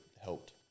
helped